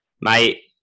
mate